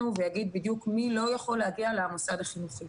ויגיד בדיוק מי לא יכול להגיע למוסד החינוכי.